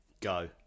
Go